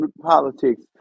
politics